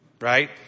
Right